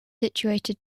situated